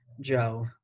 Joe